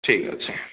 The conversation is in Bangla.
ঠিক আছে